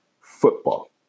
football